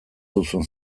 duzu